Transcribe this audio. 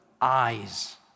eyes